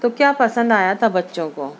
تو کیا پسند آیا تھا بچوں کو